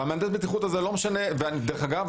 דרך אגב,